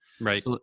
Right